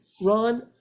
Ron